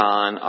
on